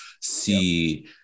see